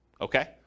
Okay